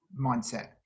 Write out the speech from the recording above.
mindset